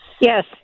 Yes